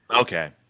Okay